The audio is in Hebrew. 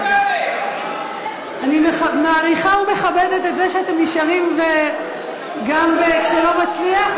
אני מעריכה ומכבדת את זה שאתם נשארים גם כשלא מצליח.